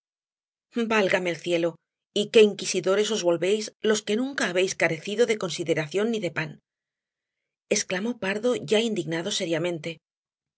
válgame el cielo y qué inquisidores os volvéis los que nunca habéis carecido de consideración ni de pan exclamó pardo ya indignado seriamente